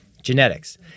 genetics